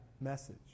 message